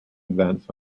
events